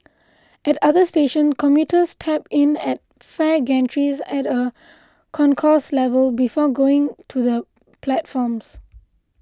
at other stations commuters tap in at fare gantries at a concourse level before going to the platforms